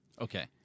Okay